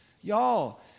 Y'all